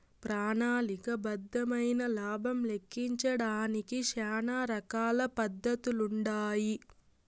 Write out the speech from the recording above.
ప్రణాళిక బద్దమైన లాబం లెక్కించడానికి శానా రకాల పద్దతులుండాయి